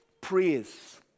praise